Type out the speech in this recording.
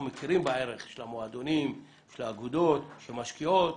מכירים בערך של המועדונים ושל האגודות שמשקיעות,